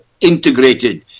integrated